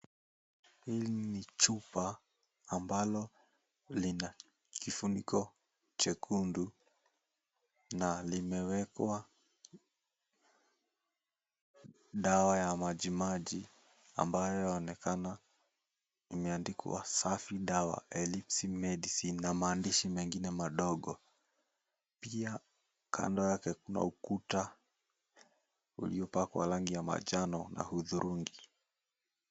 Chupa ambalo lina kifuniko chekundu na kimewekwa dawa ya majimaji ambayo inaonekana imeandikwa Safi Dawa Medicine na maandishi mengine madogo. Pia kando yake kuna ukuta uliopakwa rangi ya manjano na hudhurungi.